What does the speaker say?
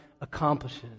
accomplishes